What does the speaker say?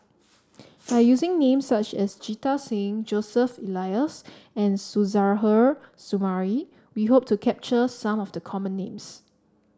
by using names such as Jita Singh Joseph Elias and Suzairhe Sumari we hope to capture some of the common names